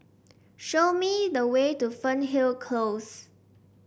show me the way to Fernhill Close